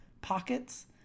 pockets